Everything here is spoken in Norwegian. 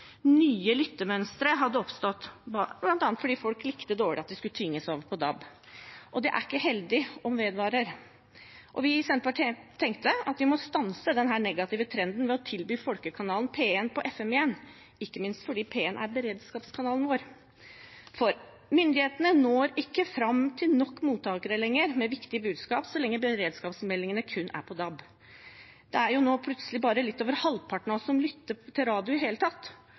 Nye lyttemønstre hadde oppstått, bl.a. fordi folk likte dårlig at de skulle tvinges over på DAB. Det er ikke heldig om det vedvarer. Vi i Senterpartiet tenkte at vi må stanse denne negative trenden ved å tilby folkekanalen P1 på FM-nettet igjen, ikke minst fordi P1 er beredskapskanalen vår. Myndighetene når ikke fram til nok mottakere lenger med viktige budskap så lenge beredskapsmeldingene kun er på DAB. Det er plutselig bare halvparten av oss som lytter på radioen i det hele tatt,